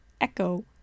echo